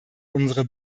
unsere